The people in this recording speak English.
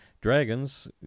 Dragons